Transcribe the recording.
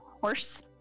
horse